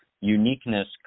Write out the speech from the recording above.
uniqueness